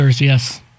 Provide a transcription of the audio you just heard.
yes